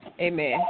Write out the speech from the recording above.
Amen